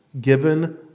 given